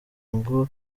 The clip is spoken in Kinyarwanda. ngo